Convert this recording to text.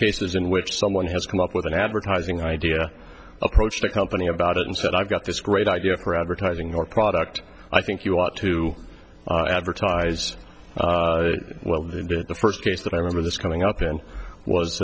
cases in which someone has come up with an advertising idea approached a company about it and said i've got this great idea for advertising your product i think you ought to advertise well didn't it the first case that i remember this coming up and was